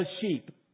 sheep